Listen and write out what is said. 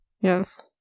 yes